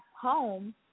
home